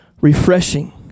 refreshing